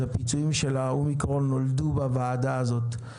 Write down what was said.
הפיצויים של האומיקרון נולדו בוועדה הזאת.